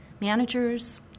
managers